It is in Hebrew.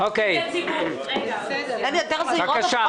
משרד השיכון משלם את הוצאות השמירה בקריה.